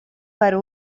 per